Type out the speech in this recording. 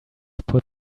put